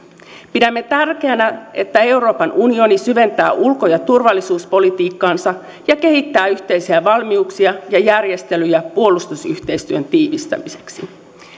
pidämme tärkeänä että euroopan unioni syventää ulko ja turvallisuuspolitiikkaansa ja kehittää yhteisiä valmiuksia ja järjestelyjä puolustusyhteistyön tiivistämiseksi